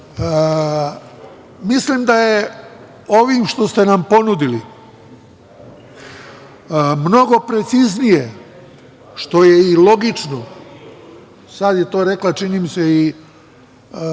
to. Mislim da je ovim što ste nam ponudili mnogo preciznije, što je i logično, sad je to rekla, čini mi se,